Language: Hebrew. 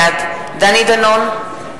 בעד דני דנון,